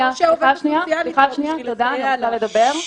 או שהעובדת הסוציאלית באה בשביל לסייע לה.